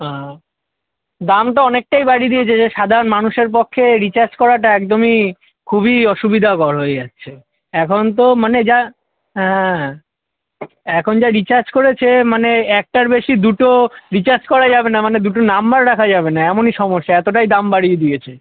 হ্যাঁ দামটা অনেকটাই বাড়িয়ে দিয়েছে যে সাধারণ মানুষের পক্ষে রিচার্জ করাটা একদমই খুবই অসুবিধাকর হয়ে যাচ্ছে এখন তো মানে যা হ্যাঁ এখন যা রিচার্জ করেছে মানে একটার বেশি দুটো রিচার্জ করা যাবে না মানে দুটো নম্বর রাখা যাবে না এমনই সমস্যা এতটাই দাম বাড়িয়ে দিয়েছে